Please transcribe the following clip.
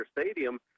Stadium